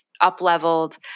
up-leveled